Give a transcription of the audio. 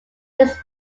this